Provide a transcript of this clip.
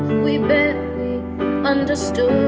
we barely understood